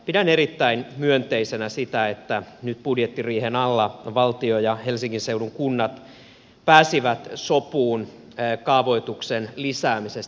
pidän erittäin myönteisenä sitä että nyt budjettiriihen alla valtio ja helsingin seudun kunnat pääsivät sopuun kaavoituksen lisäämisestä